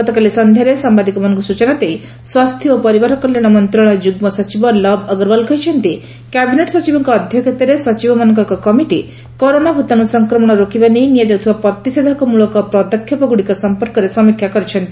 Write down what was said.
ଗତକାଲି ସଂଧ୍ୟାରେ ସାମ୍ଭାଦିକମାନଙ୍କୁ ସୂଚନା ଦେଇ ସ୍ୱାସ୍ଥ୍ୟ ଓ ପରିବାର କଲ୍ୟାଣ ମନ୍ତ୍ରଣାଳୟ ଯୁଗ୍ମ ସଚିବ ଲବ୍ ଅଗ୍ରୱାଲ କହିଛନ୍ତି କ୍ୟାବିନେଟ୍ ସଚିବଙ୍କ ଅଧ୍ୟକ୍ଷତାରେ ସଚିବମାନଙ୍କ ଏକ କମିଟି କରୋନା ଭୂତାଣୁ ସଂକ୍ରମଣ ରୋକିବା ନେଇ ନିଆଯାଉଥିବା ପ୍ରତିଷେଧମୂଳକ ପଦକ୍ଷେପ ଗୁଡ଼ିକ ସମ୍ପର୍କରେ ସମୀକ୍ଷା କରିଛନ୍ତି